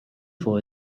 for